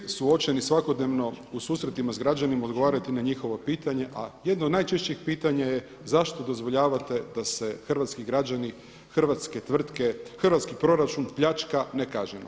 Mi smo svi suočeni svakodnevno u susretima s građanima odgovarati na njihovo pitanje a jedno od najčešćih pitanja je zašto dozvoljavate da se hrvatski građani, hrvatske tvrtke, hrvatski proračun pljačka nekažnjeno.